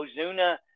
Ozuna